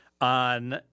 on